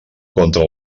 contra